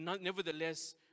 nevertheless